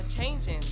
changing